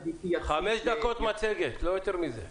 חמש דקות מצגת, לא יותר מזה.